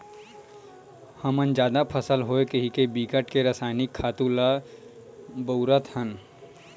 हमन जादा फसल होवय कहिके बिकट के रसइनिक खातू ल बउरत हन